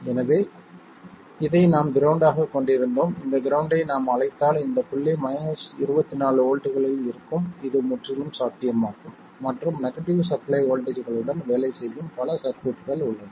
எனவே இதை நாம் கிரவுண்ட் ஆகக் கொண்டிருந்தோம் இந்த கிரவுண்ட்டை நாம் அழைத்தால் இந்த புள்ளி 24 வோல்ட்களில் இருக்கும் இது முற்றிலும் சாத்தியமாகும் மற்றும் நெகடிவ் சப்ளை வோல்ட்டேஜ்களுடன் வேலை செய்யும் பல சர்க்யூட்கள் உள்ளன